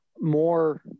more